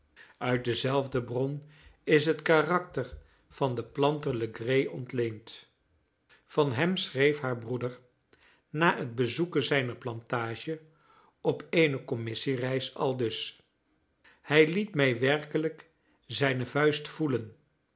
uit dezelfde bron is het karakter van den planter legree ontleend van hem schreef haar broeder na het bezoeken zijner plantage op eene commissie reis aldus hij liet mij werkelijk zijne vuist voelen